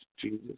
Jesus